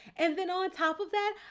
and then on top of that,